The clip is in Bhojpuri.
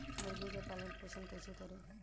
मुर्गी के पालन पोषण कैसे करी?